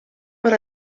per